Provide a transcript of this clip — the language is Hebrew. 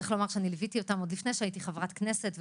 צריך לומר שאני ליוויתי אותם עוד לפני שהייתי חברת כנסת,